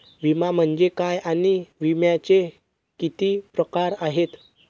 विमा म्हणजे काय आणि विम्याचे किती प्रकार आहेत?